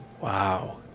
Wow